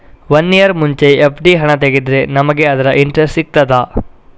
One year ಮುಂಚೆ FD ಹಣ ತೆಗೆದ್ರೆ ನಮಗೆ ಅದರ ಇಂಟ್ರೆಸ್ಟ್ ಸಿಗ್ತದ?